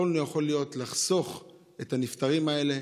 יכול להיות שיכולנו לחסוך את הנפטרים האלה,